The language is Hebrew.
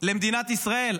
למדינת ישראל,